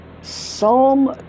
Psalm